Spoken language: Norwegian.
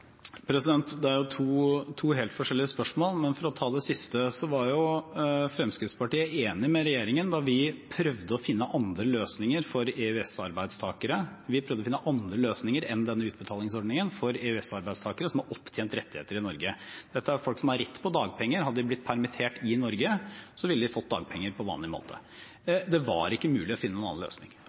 Det er jo to helt forskjellig spørsmål, men for å ta det siste så var Fremskrittspartiet enig med regjeringen da vi prøvde å finne andre løsninger for EØS-arbeidstakere. Vi prøvde å finne andre løsninger enn den utbetalingsordningen for EØS-arbeidstakere som har opptjent rettigheter i Norge. Dette er folk som har rett på dagpenger, hadde de blitt permittert i Norge, ville de fått dagpenger på vanlig måte. Det var ikke mulig å finne noen annen løsning.